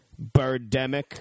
Birdemic